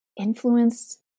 influenced